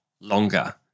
longer